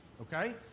okay